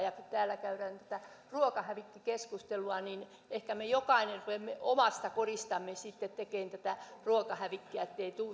kun täällä käydään tätä ruokahävikkikeskustelua niin ehkä me jokainen rupeamme omassa kodissamme tekemään niin ettei tätä ruokahävikkiä tule